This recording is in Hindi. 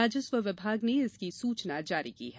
राजस्व विभाग ने इसकी सूचना जारी की है